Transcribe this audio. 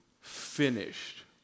finished